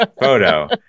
photo